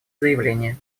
заявление